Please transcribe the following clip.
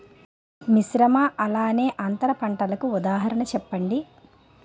మిశ్రమ అలానే అంతర పంటలకు ఉదాహరణ చెప్పండి?